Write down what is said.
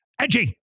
edgy